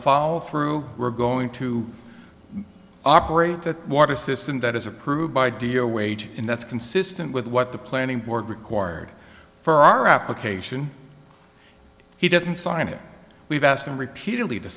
follow through we're going to operate the water system that is approved by deo wages in that's consistent with what the planning board required for our application he doesn't sign it we've asked him repeatedly to